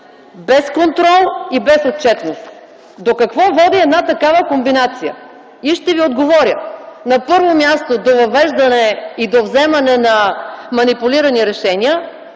без контрол и без отчетност? До какво води една такава комбинация? Ще ви отговоря. На първо място, до въвеждане и до вземане на манипулирани решения.